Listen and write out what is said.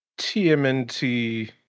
tmnt